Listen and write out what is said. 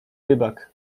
rybak